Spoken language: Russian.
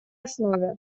основе